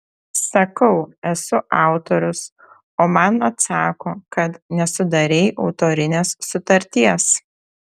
sakau esu autorius o man atsako kad nesudarei autorinės sutarties